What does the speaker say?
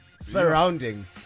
surrounding